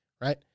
right